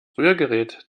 rührgerät